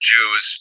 Jews